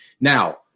Now